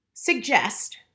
suggest